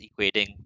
equating